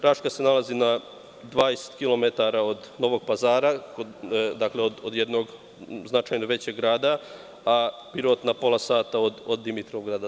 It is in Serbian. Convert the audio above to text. Raška se nalazi na 20 kilometara od Novog Pazara, od jednog značajno većeg grada, a Pirot na pola sata od Dimitrovgrada.